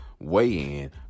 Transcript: weigh-in